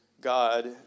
God